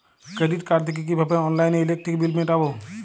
Credit card থেকে কিভাবে অনলাইনে ইলেকট্রিক বিল মেটাবো?